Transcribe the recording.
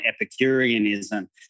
epicureanism